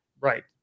Right